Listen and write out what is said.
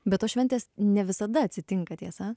be to šventės ne visada atsitinka tiesa